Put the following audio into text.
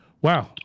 wow